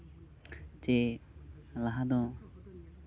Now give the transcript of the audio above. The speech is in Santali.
ᱡᱮ ᱞᱟᱦᱟ ᱫᱚ